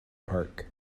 park